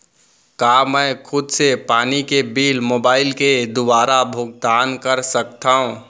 का मैं खुद से पानी के बिल मोबाईल के दुवारा भुगतान कर सकथव?